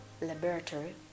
laboratory